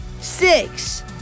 six